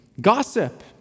gossip